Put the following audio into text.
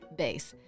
base